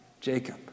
Jacob